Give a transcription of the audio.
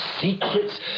secrets